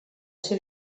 seu